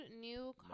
new